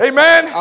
Amen